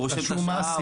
הוא רושם את השעה,